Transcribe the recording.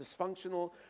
dysfunctional